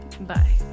Bye